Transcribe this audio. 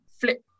flip